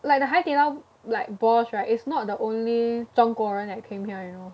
like the 海底捞 like boss right is not the only 中国人 that came here you know